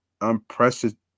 unprecedented